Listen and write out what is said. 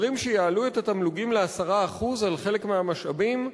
אומרים שיעלו את התמלוגים ל-10% על חלק מהמשאבים,